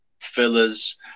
fillers